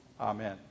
Amen